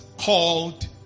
called